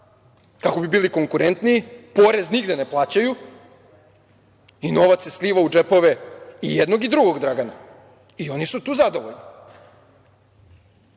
kako bi bili konkurentniji, porez nigde ne plaćaju i novac se sliva u džepove i jednog i drugog Dragana i oni su tu zadovoljni?U